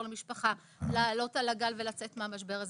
למשפחה לעלות על הגל ולצאת מהמשבר הזה.